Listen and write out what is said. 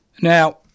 Now